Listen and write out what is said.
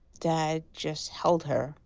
dad just held her,